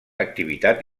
activitat